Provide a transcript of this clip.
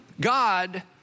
God